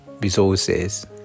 resources